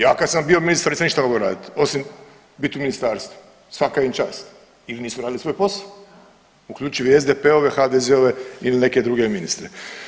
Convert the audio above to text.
Ja kad sam bio ministar nisam ništa mogao raditi osim biti u ministarstvu svaka im čast ili nisu radili svoj posao, uključili SDP-ove, HDZ-ove ili neke druge ministre.